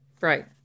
Right